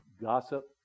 gossip